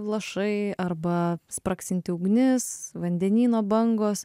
lašai arba spragsinti ugnis vandenyno bangos